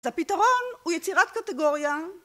הפתרון הוא יצירת קטגוריה